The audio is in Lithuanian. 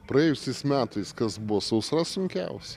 praėjusiais metais kas buvo sausra sunkiausia